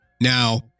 Now